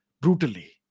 brutally